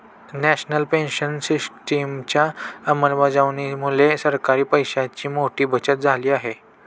national pension सिस्टिमच्या अंमलबजावणीमुळे सरकारी पैशांची मोठी बचत झाली आहे